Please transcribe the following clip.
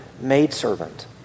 maidservant